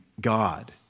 God